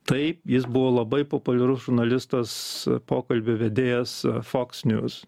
taip jis buvo labai populiarus žurnalistas pokalbių vedėjas foks njus